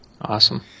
awesome